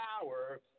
power